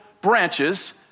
branches